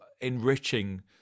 enriching